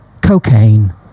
Cocaine